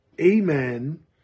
amen